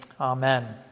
Amen